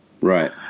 Right